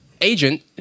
agent